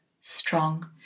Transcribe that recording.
strong